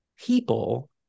people